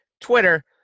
Twitter